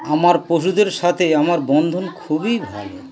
আমার পশুদের সাথে আমার বন্ধন খুবই ভালো